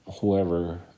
whoever